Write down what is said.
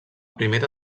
primera